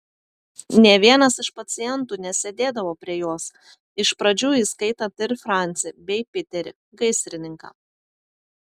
nė vienas iš pacientų nesėdėdavo prie jos iš pradžių įskaitant ir francį bei piterį gaisrininką